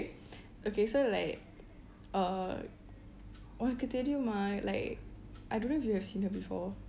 okay so like uh உனக்கு தெரியும்மா:unakku teriyumma like I don't know if you have seen her before